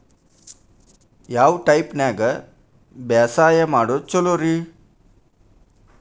ಯಾವ ಟೈಪ್ ನ್ಯಾಗ ಬ್ಯಾಸಾಯಾ ಮಾಡೊದ್ ಛಲೋರಿ?